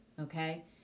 okay